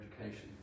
education